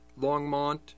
Longmont